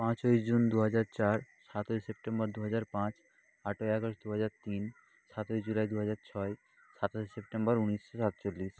পাঁচই জুন দু হাজার চার সাতই সেপ্টেম্বর দু হাজার পাঁচ আটই আগস্ট দু হাজার তিন সাতই জুলাই দু হাজার ছয় সাতই সেপ্টেম্বর ঊনিশশো সাতচল্লিশ